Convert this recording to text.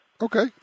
Okay